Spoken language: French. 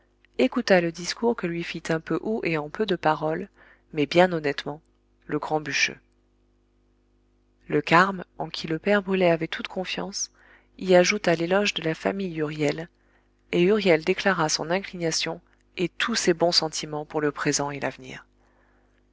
écouta le discours que lui fit un peu haut et en peu de paroles mais bien honnêtement le grand bûcheux le carme en qui le père brulet avait toute confiance y ajouta l'éloge de la famille huriel et huriel déclara son inclination et tous ses bons sentiments pour le présent et l'avenir